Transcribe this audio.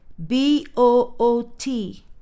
b-o-o-t